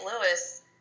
Louis